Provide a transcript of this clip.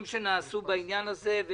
שנעשו בעניין הזה.